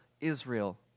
Israel